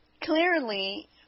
Clearly